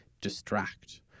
distract